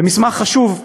זה מסמך חשוב,